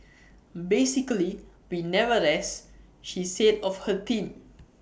basically we never rest she said of her team